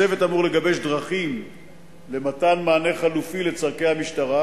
הצוות אמור לגבש דרכים למתן מענה חלופי לצורכי המשטרה